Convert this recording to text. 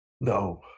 No